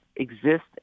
exist